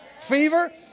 fever